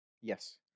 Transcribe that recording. Yes